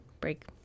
Break